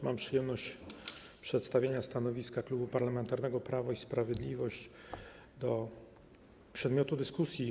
Mam przyjemność przedstawienia stanowiska Klubu Parlamentarnego Prawo i Sprawiedliwość wobec przedmiotu dyskusji.